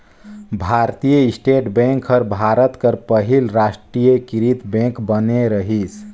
भारतीय state bank हर भारत कर पहिल रास्टीयकृत बेंक बने रहिस